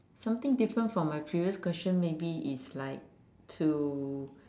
something different from my previous question maybe it's like to